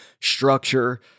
structure